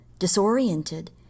Disoriented